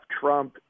Trump